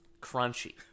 crunchy